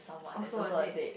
also a date